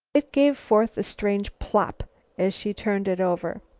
it gave forth a strange plop as she turned it over.